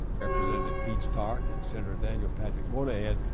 representative pete stark and senator daniel patrick moynihan,